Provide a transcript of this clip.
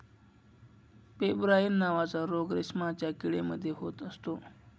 pebrine नावाचा रोग रेशमाच्या किडे मध्ये होत असतो